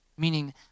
meaning